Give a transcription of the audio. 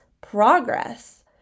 progress